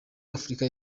afurika